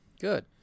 good